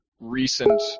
Recent